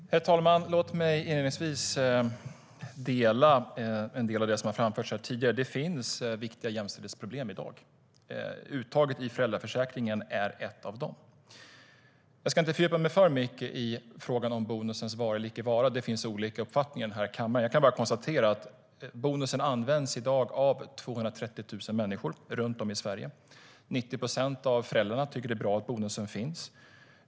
Herr talman! Inledningsvis vill jag säga att jag delar en del av de åsikter som har framförts tidigare. Det finns viktiga jämställdhetsproblem i dag. Uttaget i föräldraförsäkringen är ett av dem. Jag ska inte fördjupa mig för mycket i frågan om bonusens vara eller icke vara. Det finns olika uppfattningar i den här kammaren. Jag kan bara konstatera att bonusen används av 230 000 människor runt om i Sverige i dag. 90 procent av föräldrarna tycker att det är bra att bonusen finns.